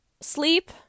sleep